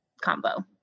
combo